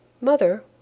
Mother